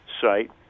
site